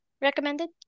Recommended